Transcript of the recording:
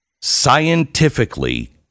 scientifically